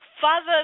Father